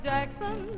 Jackson